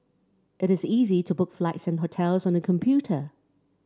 it is easy to book flights and hotels on the computer